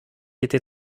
était